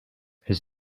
his